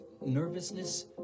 nervousness